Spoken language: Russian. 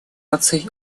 наций